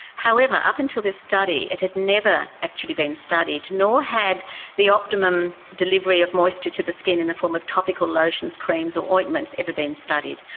however up until this study it had never actually been studied, nor had the optimum delivery of moisture to the skin in the form of topical lotions, creams or ointments ever been studied.